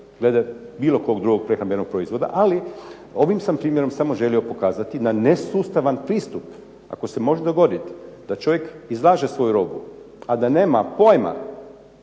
glede bilo kog drugog prehrambenog proizvoda, ali ovim sam primjerom samo želio pokazati na nesustavan pristup. Ako se može dogoditi da čovjek izlaže svoju robu, a da nema pojma